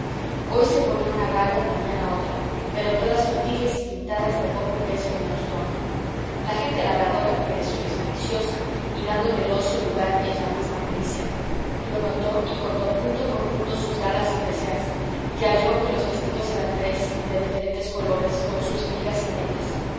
hoy se ponía una gala y mañana otra pero todas sutiles pintadas de poco peso y menos tomo la gente labradora que de suyo es maliciosa y dándole el ocio lugar es la misma malicia lo notó y contó punto por punto sus galas y preseas y halló que los vestidos eran tres de diferentes colores con sus ligas y medias